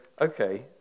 okay